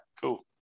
Cool